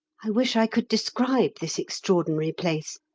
i wish i could describe this extraordinary place.